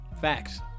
Facts